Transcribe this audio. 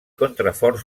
contraforts